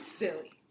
silly